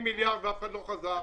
כן,